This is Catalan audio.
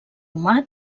humà